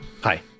Hi